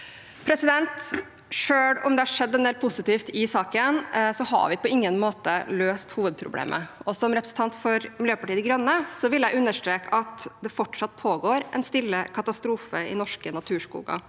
samarbeid. Selv om det har skjedd en del positivt i saken, har vi på ingen måte løst hovedproblemet. Som representant for Miljøpartiet De Grønne vil jeg understreke at det fortsatt pågår en stille katastrofe i norske naturskoger,